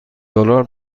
دلار